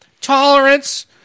tolerance